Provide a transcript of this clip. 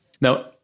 Now